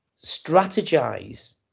strategize